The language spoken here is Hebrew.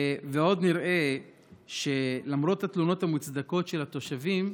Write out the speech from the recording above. ועוד נראה שלמרות התלונות המוצדקות של התושבים,